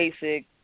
basic